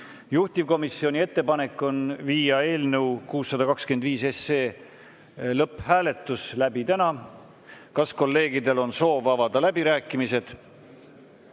Juhtivkomisjoni ettepanek on viia eelnõu 625 lõpphääletus läbi täna. Kas kolleegidel on soov avada läbirääkimised?